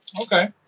Okay